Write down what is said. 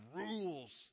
rules